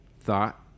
thought